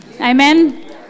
Amen